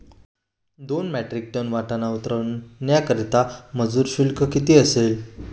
दोन metric ton वाटाणा उतरवण्याकरता मजूर शुल्क किती असेल?